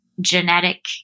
genetic